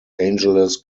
angeles